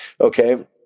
Okay